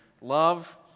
love